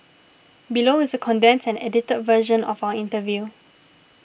below is a condensed and edited version of our interview